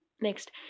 next